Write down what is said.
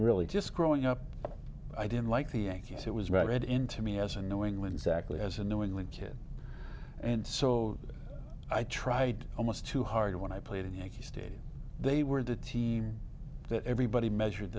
really just growing up i didn't like the yankees it was read into me as a knowing when exactly as a new england kid and so i tried almost too hard when i played in yankee stadium they were the team that everybody measure